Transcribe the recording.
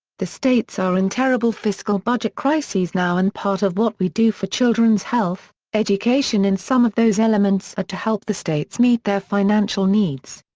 the states are in terrible fiscal budget crises now and part of what we do for children's health, education and some of those elements are to help the states meet their financial needs.